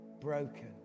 broken